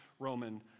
Roman